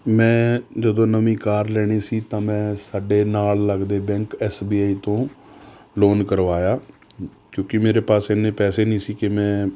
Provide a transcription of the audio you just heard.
ਮੈਂ ਜਦੋਂ ਨਵੀਂ ਕਾਰ ਲੈਣੀ ਸੀ ਤਾਂ ਮੈਂ ਸਾਡੇ ਨਾਲ ਲੱਗਦੇ ਬੈਂਕ ਐਸਬੀਆਈ ਤੋਂ ਲੋਨ ਕਰਵਾਇਆ ਕਿਉਂਕਿ ਮੇਰੇ ਪਾਸ ਇੰਨੇ ਪੈਸੇ ਨਹੀਂ ਸੀ ਕਿ ਮੈਂ